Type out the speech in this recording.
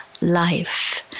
life